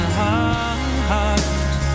heart